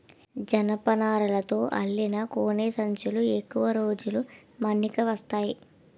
జనపనారతో అల్లిన గోనె సంచులు ఎక్కువ రోజులు మన్నిక వస్తాయి